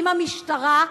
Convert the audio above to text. עם המשטרה,